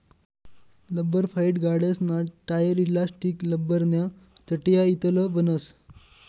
लब्बरफाइ गाड्यासना tyre, elastic, लब्बरन्या चटया इतलं बनस